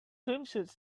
swimsuits